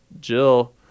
Jill